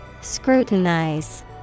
Scrutinize